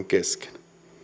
kesken